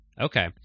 okay